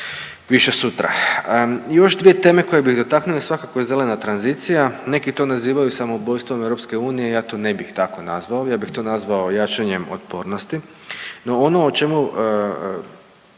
više sutra. Još dvije teme koje bih dotaknuo je svakako i zelena tranzicija, neki to nazivaju samoubojstvom EU, ja to ne bih tako nazvao, ja bih to nazvao jačanjem otpornosti.